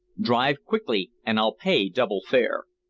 drive quickly, and i'll pay double fare.